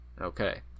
Okay